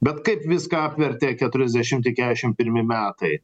bet kaip viską apvertė keturiasdešimti kešim pirmi metai